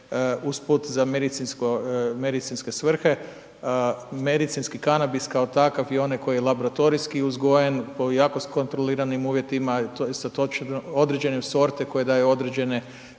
usput za medicinske svrhe, medicinski kanabis kao takav i onaj koji je laboratorijski uzgojen pod jako kontroliranim uvjetima sa točno, određene sorte koje daju određene